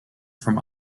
from